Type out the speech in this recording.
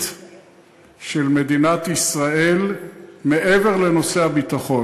של מדינת ישראל מעבר לנושא הביטחון.